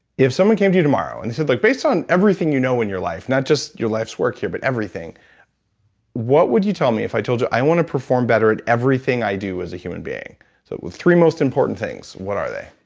if someone came to you tomorrow and said, like based on everything you know in your life, not just your life's work here, but everything what would you tell me if i told you i want to perform better in everything i do as a human being? so the three most important things, what are they?